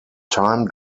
time